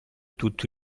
tutto